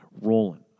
rolling